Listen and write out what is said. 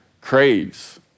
craves